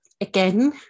again